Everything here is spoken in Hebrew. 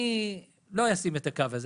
אני לא אשים את הקו הזה.